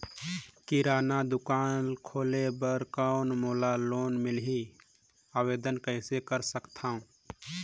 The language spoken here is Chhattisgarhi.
किराना दुकान खोले बर कौन मोला लोन मिलही? आवेदन कइसे कर सकथव?